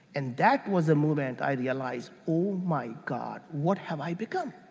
and that was the moment i realize, oh my god. what have i become?